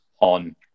on